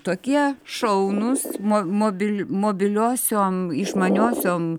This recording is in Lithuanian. tokie šaunūs mo mobili mobiliosiom išmaniosiom